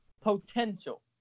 Potential